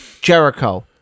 Jericho